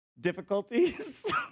difficulties